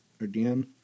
again